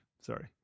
Sorry